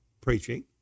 preaching